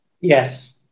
Yes